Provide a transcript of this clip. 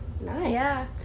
Nice